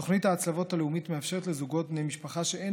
תוכנית ההצלבות הלאומית מאפשרת לזוגות בני משפחה שאין